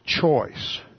choice